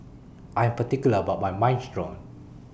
I Am particular about My Minestrone